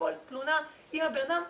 לכל תלונה שיהיה בן אדם.